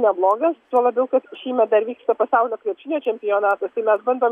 neblogas tuo labiau kad šįmet dar vyksta pasaulio krepšinio čempionatas tai mes bandom